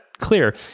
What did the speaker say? clear